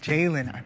Jalen